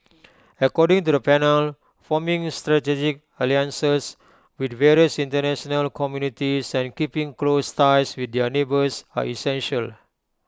according to the panel forming strategic alliances with various International communities and keeping close ties with their neighbours are essential